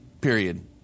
period